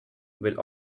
will